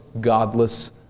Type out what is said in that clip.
godless